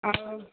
ହଉ